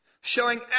showing